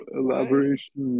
elaboration